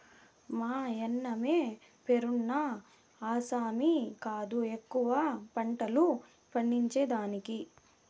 మాయన్నమే పేరున్న ఆసామి కాదు ఎక్కువ పంటలు పండించేదానికి